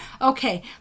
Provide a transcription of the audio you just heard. okay